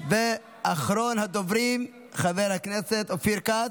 אחרון הדוברים, חבר הכנסת אופיר כץ,